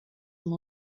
amb